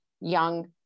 young